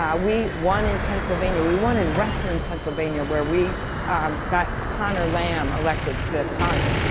ah we won in pennsylvania. we won in western pennsylvania where we um got connor lamb elected to the congress.